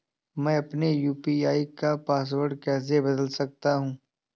मैं अपने यू.पी.आई का पासवर्ड कैसे बदल सकता हूँ?